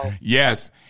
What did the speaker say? Yes